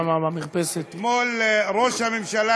חברים, מאיר,